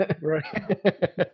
right